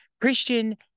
Christian